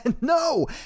No